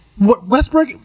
Westbrook